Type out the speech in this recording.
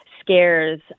scares